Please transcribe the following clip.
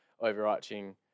overarching